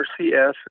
RCS